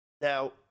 Now